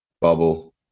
bubble